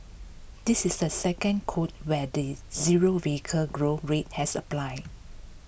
this is the second quota where the zero vehicle growth rate has applied